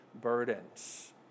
burdens